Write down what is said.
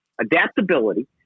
adaptability